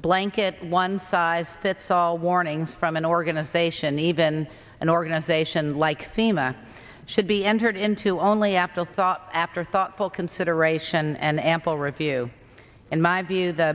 blanket one size fits all warning from an organization even an organization like thema should be entered into only after thought after thoughtful consideration and ample review in my view the